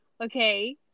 Okay